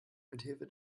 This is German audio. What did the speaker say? mithilfe